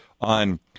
on